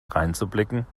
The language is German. dreinzublicken